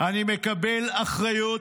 אני מקבל אחריות,